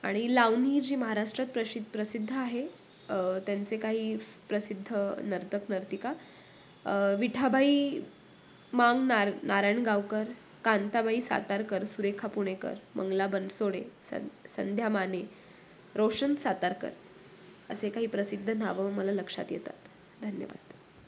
आणि लावणी जी महाराष्ट्रात प्रशि प्रसिद्ध आहे त्यांचे काही प्रसिद्ध नर्तक नर्तिका विठाबाई मांग नार नारायणगावकर कांताबाई सातारकर सुरेखा पुणेकर मंगला बनसोडे सं संध्या माने रोशन सातारकर असे काही प्रसिद्ध नावं मला लक्षात येतात धन्यवाद